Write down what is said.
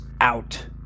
out